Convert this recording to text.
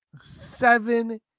Seven